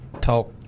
talk